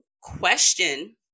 question